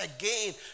again